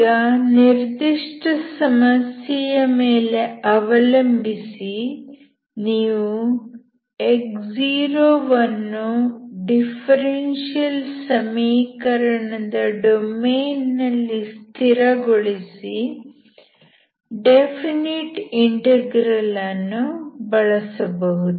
ಈಗ ನಿರ್ದಿಷ್ಟ ಸಮಸ್ಯೆಯ ಮೇಲೆ ಅವಲಂಬಿಸಿ ನೀವು x0 ವನ್ನು ಡಿಫರೆನ್ಷಿಯಲ್ ಸಮೀಕರಣದ ಡೊಮೇನ್ ನಲ್ಲಿ ಸ್ಥಿರಗೊಳಿಸಿ ಡೆಫಿನೆಟ್ ಇಂಟಿಗ್ರೇಷನ್ ಅನ್ನು ಬಳಸಬಹುದು